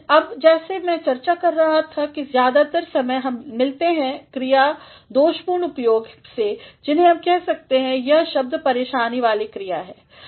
अब जैसा मै चर्चा कर रहा था कि ज्यादातर समय हम मिलते हैं क्रिया केदोषपूर्ण उपयोग से जिन्हें हम कह सकते हैं कि यह शब्द परेशानी वाले क्रिया हैं